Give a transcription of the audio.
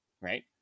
right